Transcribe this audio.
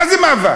מה זה מאבק?